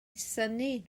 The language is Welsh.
synnu